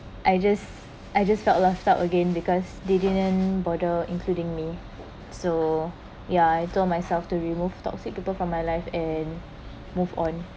I just I just felt left out again because they didn't bother including me so ya I told myself to remove toxic people from my life and move on